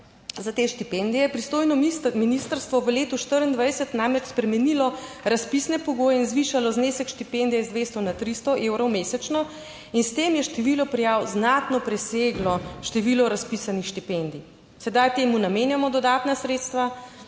za te štipendije, je pristojno ministrstvo v letu 2024 namreč spremenilo razpisne pogoje in zvišalo znesek štipendije z 200 na 300 evrov mesečno in s tem je število prijav znatno preseglo število razpisanih štipendij. Sedaj temu namenjamo dodatna sredstva